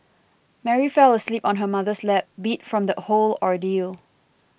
Mary fell asleep on her mother's lap beat from the whole ordeal